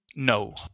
no